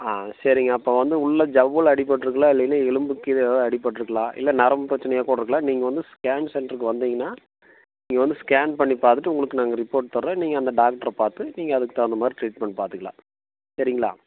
ஆ சரிங்க அப்போது வந்து உள்ள ஜவ்வில் அடிப்பட்ருக்கலாம் இல்லைனா எலும்புக்கு கீழே எதாவது அடிப்பட்ருக்கலாம் இல்லை நரம்பு பிரச்சனையாக கூட இருக்கலாம் நீங்கள் வந்து ஸ்கேன் சென்டருக்கு வந்தீங்கனா நீங்கள் வந்து ஸ்கேன் பண்ணி பார்த்துட்டு உங்களுக்கு நாங்கள் ரிப்போர்ட் தர்றோம் நீங்கள் அந்த டாக்ட்ரை பார்த்து நீங்கள் அதுக்கு தகுந்த மாதிரி ட்ரீட்மெண்ட் பார்த்துக்கலாம் சரிங்களா